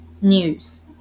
news